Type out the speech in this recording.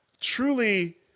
Truly